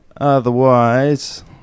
Otherwise